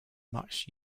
much